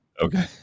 Okay